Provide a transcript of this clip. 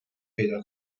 پیدا